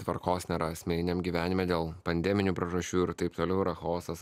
tvarkos nėra asmeniniam gyvenime dėl pandeminių priežasčių ir taip toliau yra chaosas